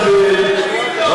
אני לא מקבל, לא מקבל, לא מקבל.